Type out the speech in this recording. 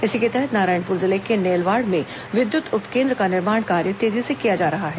इसी के तहत नारायणपुर जिले के नेलवाड़ में विद्युत उप केन्द्र का निर्माण कार्य तेजी से किया जा रहा है